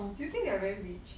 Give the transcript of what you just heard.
do you think they are very rich